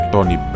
Tony